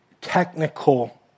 technical